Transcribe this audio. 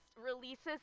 releases